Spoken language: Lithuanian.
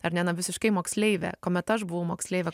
ar ne na visiškai moksleivė kuomet aš buvau moksleivė